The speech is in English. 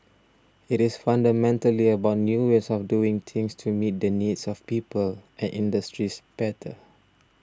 it is fundamentally about new ways of doing things to meet the needs of people and industries better